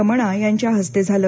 रमणा यांच्या हस्ते झालं